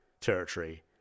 territory